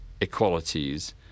equalities